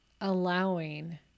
allowing